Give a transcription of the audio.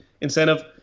incentive